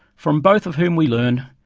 from both of whom we learn.